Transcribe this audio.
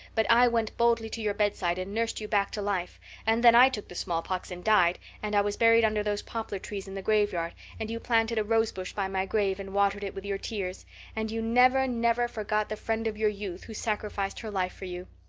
but i went boldly to your bedside and nursed you back to life and then i took the smallpox and died and i was buried under those poplar trees in the graveyard and you planted a rosebush by my grave and watered it with your tears and you never, never forgot the friend of your youth who sacrificed her life for you.